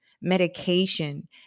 medication